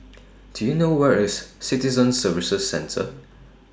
Do YOU know Where IS Citizen Services Centre